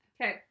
Okay